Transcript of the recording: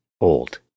old